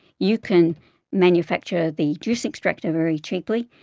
you can manufacture the juice extractor very cheaply,